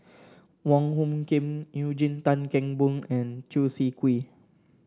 Wong Hung Khim Eugene Tan Kheng Boon and Chew Swee Kee